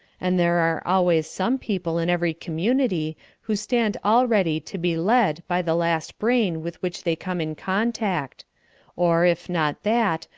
and there are always some people in every community who stand all ready to be led by the last brain with which they come in contact or, if not that,